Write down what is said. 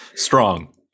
strong